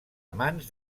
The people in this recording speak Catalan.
amants